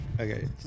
Okay